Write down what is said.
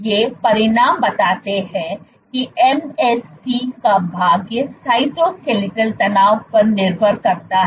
ये परिणाम बताते हैं कि MSC का भाग्य साइटोस्केलेटल तनाव पर निर्भर करता है